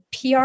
PR